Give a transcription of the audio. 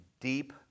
deep